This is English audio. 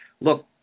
look